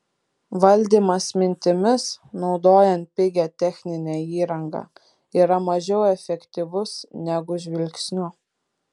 valdymas mintimis naudojant pigią techninę įrangą yra mažiau efektyvus negu žvilgsniu